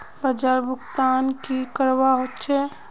बाजार भुगतान की करवा होचे?